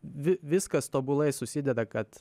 vi viskas tobulai susideda kad